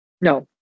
No